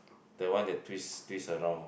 the one that twist twist around